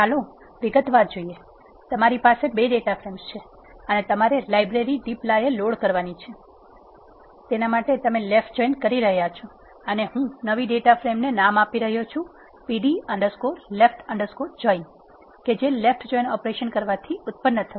ચાલો વિગતવાર જોઈએ તમારી પાસે 2 ડેટા ફ્રેમ્સ છે અને તમારે લાઇબ્રેરી dplyr લોડ કરવાની જરૂર છે અને તમે લેફ્ટ જોઈન કરી રહ્યા છો અને હું નવી ડેટા ફ્રેમ ને નામ આપી રહ્યો છુ pd underscrore left underscore join કે જે લેફ્ટ જોઈન ઓપરેશન કરવાથી ઉત્પન થશે